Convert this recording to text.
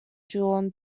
drawn